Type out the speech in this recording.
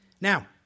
Now